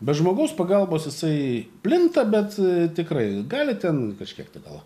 be žmogaus pagalbos jisai plinta bet tikrai gali ten kažkiek tai gal